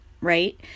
right